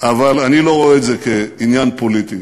אבל אני לא רואה את זה כעניין פוליטי.